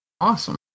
awesome